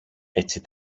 έτσι